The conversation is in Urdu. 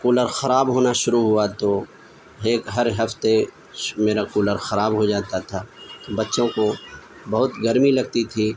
کولر خراب ہونا شروع ہوا تو ایک ہر ہفتے میرا کولر خراب ہو جاتا تھا بچوں کو بہت گرمی لگتی تھی